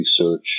research